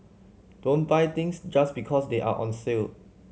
don't buy things just because they are on sale